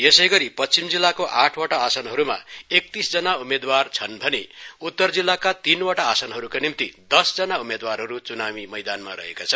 यसैगरि पश्चिम जिल्लाको आठवटा आसनहरूमा एकतीस जना उम्मेदवार छन् भने उत्तर जिल्लामा तीनवटा आसनहरूका निम्ति दसजना उम्मेदवारहरू च्नावी मैदानमा रहेका छन्